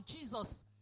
Jesus